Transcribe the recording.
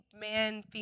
man